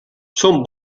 són